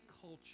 culture